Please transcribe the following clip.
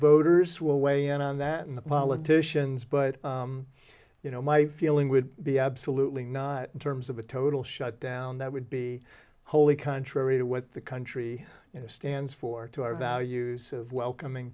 voters will weigh in on that and the politicians but you know my feeling would be absolutely not in terms of a total shutdown that would be wholly contrary to what the country you know stands for to our values of welcoming